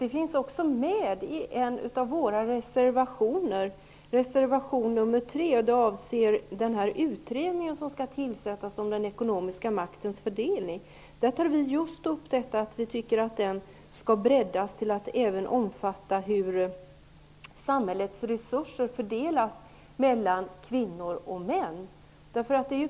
De finns också med i en av våra reservationer, reservation nr 3, som avser den utredning som skall tillsättas om den ekonomiska maktens fördelning, där vi just tar upp att vi tycker att den skall breddas till att omfatta även frågan om hur samhällets resurser fördelas mellan kvinnor och män.